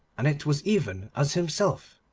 and it was even as himself.